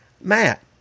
Matt